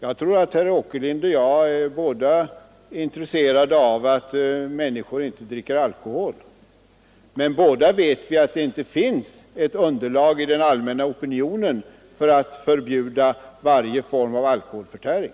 Jag tror väl att både herr Åkerlind och jag är intresserade av att människor inte dricker alkohol, men vi vet ju också att det inte finns något underlag i den allmänna opinionen för att förbjuda varje form av alkoholförtäring.